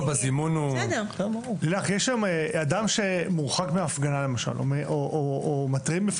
לילך, אדם מורחק מהפגנה מסוימת והוא מטריד.